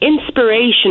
inspiration